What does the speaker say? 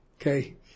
Okay